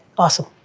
awesome.